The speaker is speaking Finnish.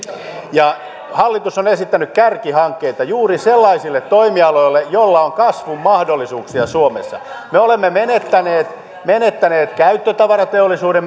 hallitus on esittänyt kärkihankkeita juuri sellaisille toimialoille joilla on kasvumahdollisuuksia suomessa me olemme menettäneet menettäneet käyttötavarateollisuuden